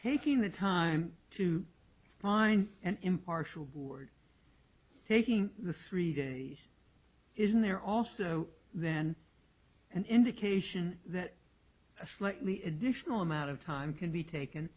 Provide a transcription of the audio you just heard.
taking the time to find an impartial jury taking the three days isn't there also then an indication that a slightly additional amount of time can be taken